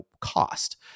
cost